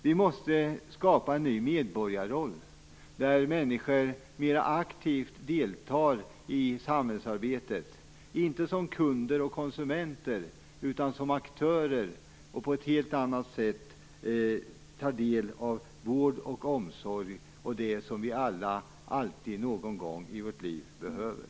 Vi måste skapa en ny medborgarroll där människor mera aktivt deltar i samhällsarbetet, inte som kunder och konsumenter utan som aktörer, och på ett helt annat sätt tar del i vård och omsorg, något som vi alla alltid någon gång i vårt liv behöver.